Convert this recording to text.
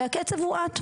והקצב הואט.